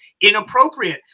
inappropriate